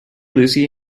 lucy